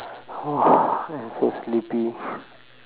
I'm so sleepy